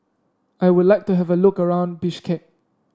I would like to have a look around Bishkek